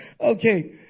Okay